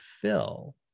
fill